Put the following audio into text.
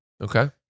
Okay